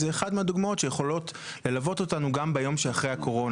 זאת אחת הדוגמאות שיכולה ללוות גם ביום שאחרי הקורונה,